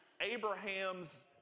Abraham's